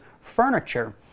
furniture